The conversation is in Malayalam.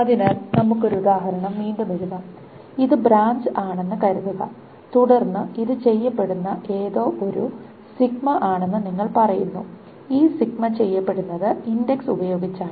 അതിനാൽ നമുക്ക് ഒരു ഉദാഹരണം വീണ്ടും എഴുതാം ഇത് ബ്രാഞ്ച് ആണെന്ന് കരുതുക തുടർന്ന് ഇത് ചെയ്യപ്പെടുന്ന ഏതോ ഒരു ആണെന്ന് നിങ്ങൾ പറയുന്നു ഈ സിഗ്മ ചെയ്യപ്പെടുന്നത് ഇൻഡക്സ് ഉപയോഗിച്ചാണ്